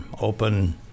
open